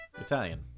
Italian